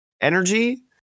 energy